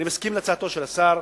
אני מסכים להצעתו של השר,